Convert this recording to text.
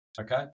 Okay